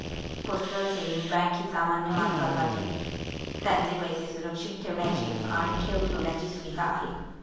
postal saving bank ही सामान्य माणसासाठी त्यांचे पैसे सुरक्षित ठेवण्याची आणि ठेव ठेवण्याची सुविधा आहे